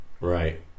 right